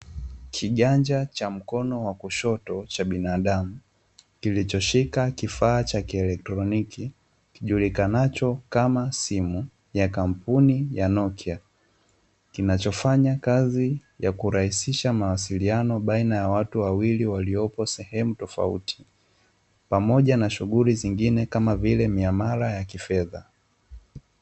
Kiganja cha mkono wa kushoto cha binadamu kilichoshika kifaa cha kielektroniki kijulikanacho kama simu ya kampuni ya 'NOKIA'. Kinachofanya kazi ya kurahisisha mawasiliano baina ya watu wawili waliopo sehemu tofauti pamoja na shughuli zingine kama vile miamala ya kifedha.